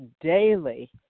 daily